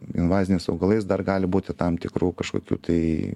invaziniais augalais dar gali būti tam tikrų kažkokių tai